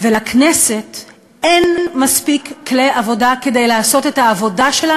הכנסת היא החלשה והמוחלשת